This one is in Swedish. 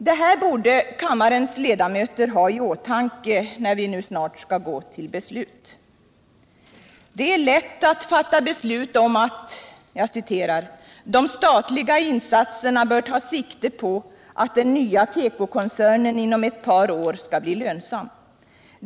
Detta borde kammarens ledamöter ha i åtanke, när vi nu snart går till beslut. Det är lätt att fatta beslutet om att ”de statliga insatserna bör ta sikte på att den nya tekokoncernen inom ett par år skall bli lönsam.